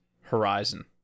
horizon